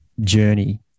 journey